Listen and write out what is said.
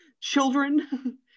children